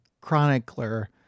chronicler